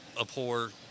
abhor